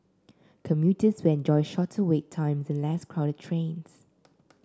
commuters when enjoy shorter wait times and less crowded trains